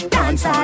Dance